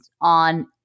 on